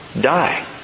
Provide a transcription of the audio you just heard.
die